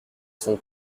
son